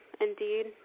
indeed